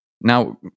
now